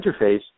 interface